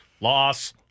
loss